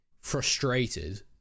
frustrated